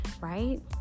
right